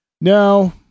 No